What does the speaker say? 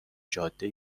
جاده